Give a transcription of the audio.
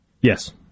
Yes